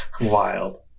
Wild